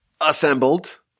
assembled